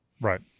Right